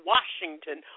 Washington